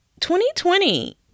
2020